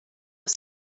was